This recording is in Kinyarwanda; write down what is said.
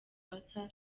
arthur